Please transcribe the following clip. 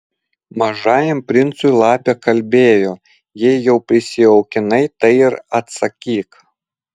mažajam princui lapė kalbėjo jei jau prisijaukinai tai ir atsakyk